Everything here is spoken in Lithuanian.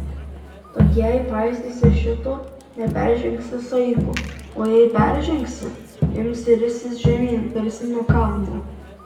tad jei paisysi šito neperžengsi saiko o jei peržengsi imsi ristis žemyn tarsi nuo kalno